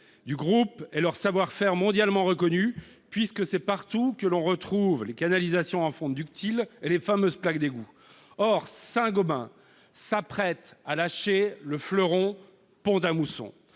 du groupe et leur savoir-faire mondialement reconnu, puisque l'on trouve partout les canalisations en fonte ductile et les fameuses plaques d'égout. Or Saint-Gobain s'apprête à lâcher le fleuron Pont-à-Mousson